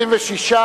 ראשונה.